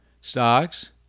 stocks